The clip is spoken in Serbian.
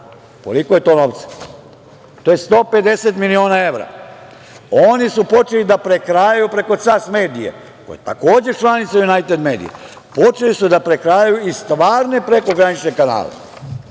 koliko je to novca? To je 150 miliona evra. Oni su počeli da prekrajaju preko „Cas medije“ koja je takođe članica „Junajted medija“, počeli su da prekrajaju i stvarne prekogranične kanale,